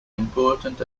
important